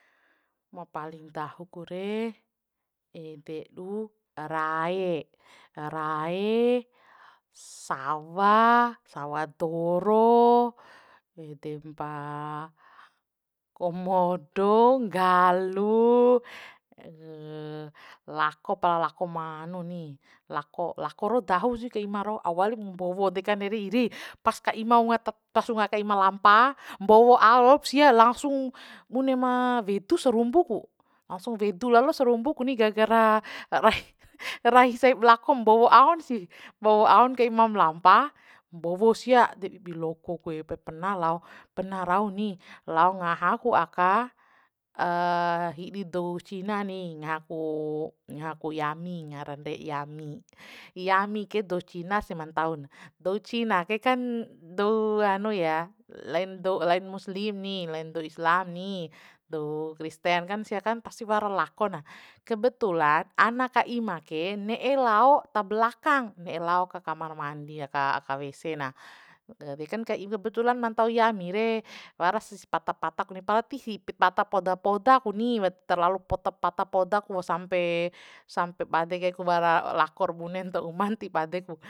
Ma paling dahu ku re ede ru raee, raee sawa, sawa doro edempa komodo nggalu lako palako ma hanuni lako lako ru dahu sih ka ima rau au walip mbowo dekan re pas ka ima unga pas unga ka ima lampa mbowo ao lop sia langsung bune ma wedu sarumbu ku angsu wedu lalo sarumbu ku ni gagara rai seb lako mbowo aon sih bowo aon ka imam lampa mbowo sia de bibi loko ku ee perna perna rau ni lao ngaha ku aka hidi dou cina ni ngaha ku ngaha ku yami ngaran de yami, yami ke dou cina sih ma ntau na dou cina ke kan dou hanu ya lain dou lain muslim ni lain dou islam ni dou kristen kan sia kan pasi wara lako na kebetulan ana ka ima ke ne'e lao ta blakang ne'e lao ka kamar mandi aka aka wese na kan ka ima betulan ma ntau yami re waras patak patakuni pala tisi pata poda poda ku ni wat terlalu poda pata podaku sampe sampe bade kai ku wara lakor bunen ta uman ti bade ku